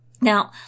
Now